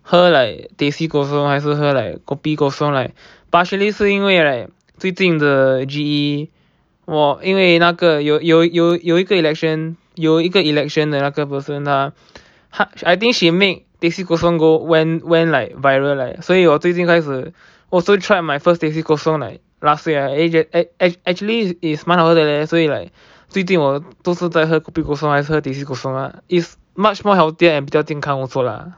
喝 like teh C kosong 还是喝 like kopi kosong like partially 是因为 right 最近的 G_E 我因为那个有有有有一个 election 有一个 election 的那个 person ah I think she make teh C kosong go went went like viral like so 我最近开始 also tried my first teh C kosong like last year eh actually is 蛮好喝的 leh 所以 like 最近我都是在喝 kopi kosong 还是 teh C kosong ah is much more healthier and 比较健康 also lah